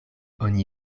oni